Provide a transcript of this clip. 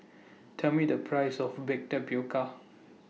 Tell Me The Price of Baked Tapioca